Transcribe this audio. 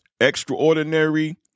extraordinary